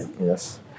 Yes